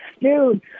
Dude